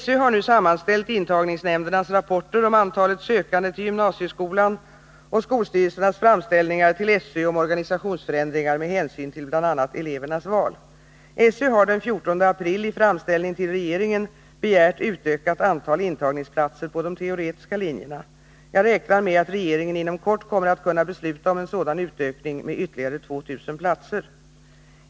SÖ har nu sammanställt intagningsnämndernas rapporter om antalet sökande till gymnasieskolan och skolstyrelsernas framställningar till SÖ om organisationsförändringar med hänsyn till bl.a. elevernas val. SÖ har den 14 aprili framställning till regeringen begärt utökat antal intagningsplatser på de teoretiska linjerna. Jag räknar med att regeringen inom kort kommer att kunna besluta om en sådan utökning med ytterligare 2 000 platser.